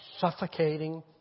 suffocating